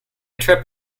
trip